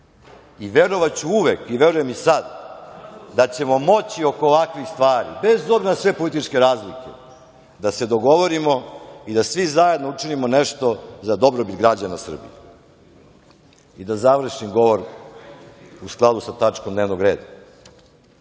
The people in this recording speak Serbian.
i verovaću uvek i verujem i sad da ćemo moći oko ovakvih stvari, bez obzira na sve političke razlike, da se dogovorimo i da svi zajedno učinimo nešto za dobrobit građana Srbije. Da završim govor u skladu sa tačkom dnevnog reda.